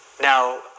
Now